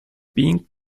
being